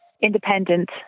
independent